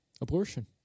abortion